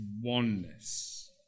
oneness